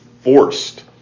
forced